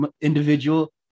individual